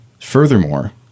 Furthermore